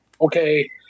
Okay